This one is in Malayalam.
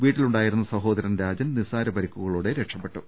വീട്ടിലു ണ്ടായിരുന്ന സഹോദരൻ രാജൻ നിസ്സാര പരിക്കുകളോടെ രക്ഷപ്പെ ട്ടു